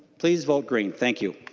please vote green. thank you.